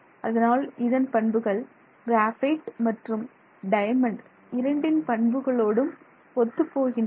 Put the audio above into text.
அதனால் இதன் பண்புகள் கிராபைட் மற்றும் டைமண்ட் இரண்டின் பண்புகளோடும் ஒத்துப்போகின்றன